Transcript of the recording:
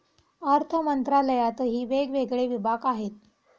अर्थमंत्रालयातही वेगवेगळे विभाग आहेत